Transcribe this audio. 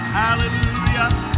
hallelujah